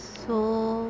so